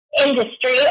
industry